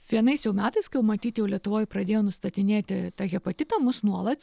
vienais jau metais kai jau matyt jau lietuvoj pradėjo nustatinėti hepatitą mus nuolat